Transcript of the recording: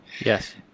Yes